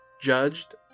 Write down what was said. judged